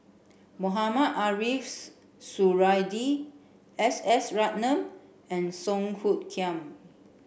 Mohamed Ariff Suradi S S Ratnam and Song Hoot Kiam